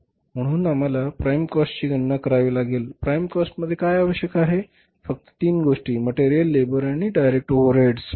म्हणून आम्हाला प्राइम कॉस्टची गणना करावी लागेल प्राइम कॉस्टमध्ये काय आवश्यक आहे फक्त तीन गोष्टी मटेरियल लेबर आणि इतर डायरेक्ट ओव्हरहेड्स